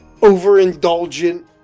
overindulgent